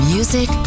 Music